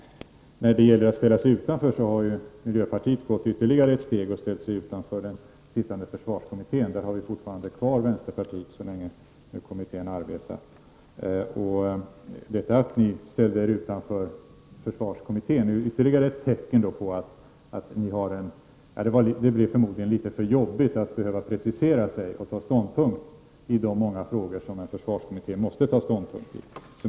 När det gäller att ställa sig utanför har miljöpartiet gått ytterligare ett steg och ställt sig utanför den sittande försvarskommittén. Vänsterpartiet är fortfarande kvar, så länge kommitten arbetar. Att ni ställt er utanför försvarskommitten är ett tecken på att det förmodligen blev litet för jobbigt att behöva precisera sig och ta ställning i det många frågor som en försvarskommitté måste ta ställning i.